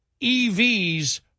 EVs